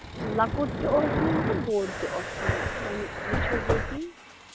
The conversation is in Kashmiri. لۅکُٹ تہِ اوس نِیُن تہٕ بوٚڈ تہِ اوس نِیُن وۅنۍ وُچھو ییٚتی